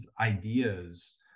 ideas